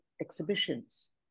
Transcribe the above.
exhibitions